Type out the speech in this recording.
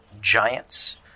giants